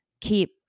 keep